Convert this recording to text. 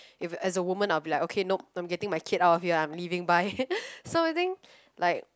if as a woman I'll be like okay nope I'm getting my kid out of here I'm leaving bye so I think like